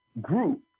group